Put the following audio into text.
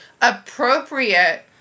appropriate